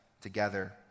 together